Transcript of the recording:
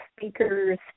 speakers